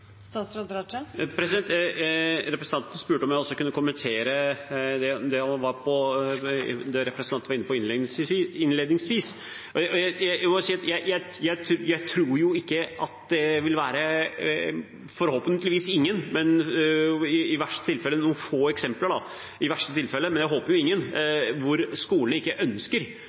Representanten spurte om jeg også kunne kommentere det representanten var inne på innledningsvis. Jeg må si at jeg ikke tror det vil være eksempler – forhåpentligvis ingen, men i verste tilfelle noen få – hvor skolene ikke ønsker at barn og unge skal kunne ta i